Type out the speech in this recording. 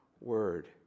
word